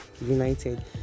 united